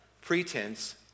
pretense